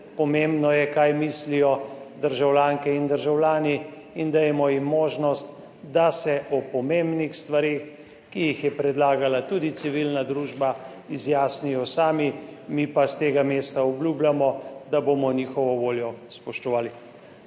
pomembno je, kaj mislijo državljanke in državljani, in dajmo jim možnost, da se o pomembnih stvareh, ki jih je predlagala tudi civilna družba, izjasnijo sami, mi pa s tega mesta obljubljamo, da bomo njihovo voljo spoštovali.